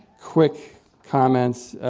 quick comments